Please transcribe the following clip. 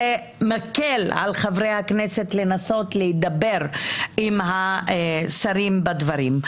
זה מקל על חברי הכנסת לנסות להידבר עם השרים בדברים.